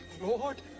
Lord